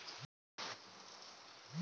किसी को पैसे भेजने के लिए कौन सा फॉर्म भरें?